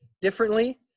differently